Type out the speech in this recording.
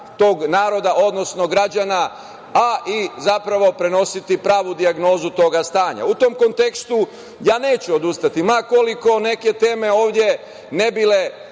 tog naroda, odnosno građana, a i prenositi pravu dijagnozu tog stanja.U tom kontekstu, ja neću odustati, ma koliko neke teme ovde ne bile